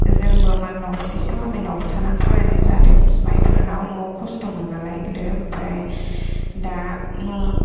जोंबो मालायनाव इसे मालायनाव थाना फरायनाय जादों बिमायफोरनाव न'आव खस्थ'मोन नालाय गोदो ओमफ्राय दा